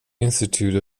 institute